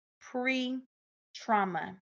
pre-trauma